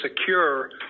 secure